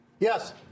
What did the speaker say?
Yes